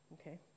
Okay